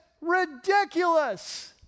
ridiculous